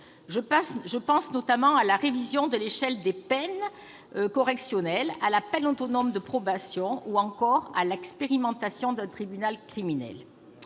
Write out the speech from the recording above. Je pense notamment à la révision de l'échelle des peines correctionnelles, à la peine autonome de probation, ou encore à l'expérimentation d'un tribunal criminel.